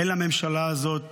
אין לממשלה הזאת